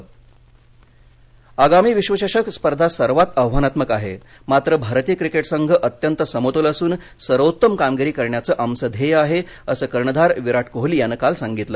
विराट कोहली आगामी विश्वचषक स्पर्धा सर्वात आव्हानात्मक आहे मात्र भारतीय क्रिकेट संघ अत्यंत समतोल असून सर्वोत्तम कामगिरी करण्याचं आमचं ध्येय आहे असं कर्णधार विराट कोहली याने काल सांगितलं